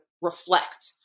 reflect